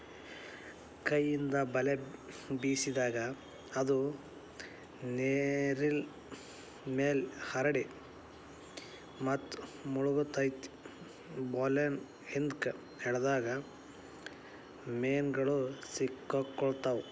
ಕೈಯಿಂದ ಬಲೆ ಬೇಸಿದಾಗ, ಅದು ನೇರಿನ್ಮ್ಯಾಲೆ ಹರಡಿ ಮತ್ತು ಮುಳಗತೆತಿ ಬಲೇನ ಹಿಂದ್ಕ ಎಳದಾಗ ಮೇನುಗಳು ಸಿಕ್ಕಾಕೊತಾವ